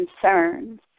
concerns